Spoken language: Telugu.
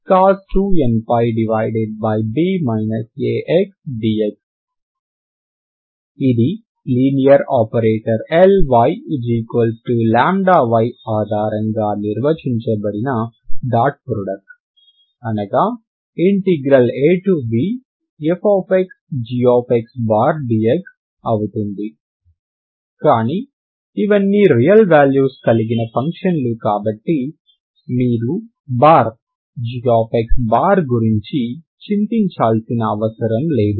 cos 2nπb ax dx ఇది లీనియర్ ఆపరేటర్ Lyλy ఆధారంగా నిర్వచించబడిన డాట్ ప్రాడక్ట్ అనగా abfgdx అవుతుంది కానీ ఇవన్నీ రియల్ వాల్యూస్ కలిగిన ఫంక్షన్లు కాబట్టి మీరు బార్ g గురించి చింతించాల్సిన అవసరం లేదు